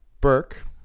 Burke